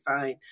fine